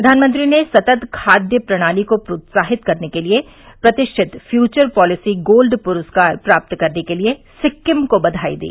प्रघानमंत्री ने सतत खाद्य प्रणाली को प्रोत्साहित करने के लिए प्रतिष्ठित फ्यूवर पॉलिसी गोल्ड पुरस्कार प्राप्त करने के लिए सिक्किम को बयाई दी